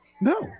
No